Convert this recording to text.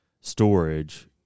storage